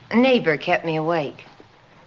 neighbor kept me awake